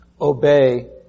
Obey